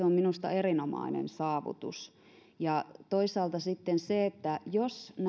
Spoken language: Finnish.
on minusta erinomainen saavutus toisaalta sitten jos